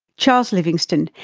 charles livingstone,